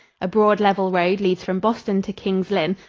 a broad, level road leads from boston to king's lynn,